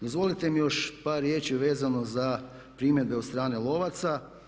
Dozvolite mi još par riječi vezano za primjedbe od strane lovaca.